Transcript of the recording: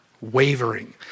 wavering